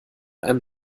ein